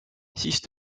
siis